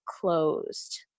closed